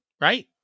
right